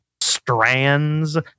strands